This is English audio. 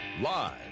Live